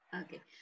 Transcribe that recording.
Okay